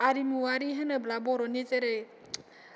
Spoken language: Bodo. आरिमुवारि होनोब्ला बर'नि जेरै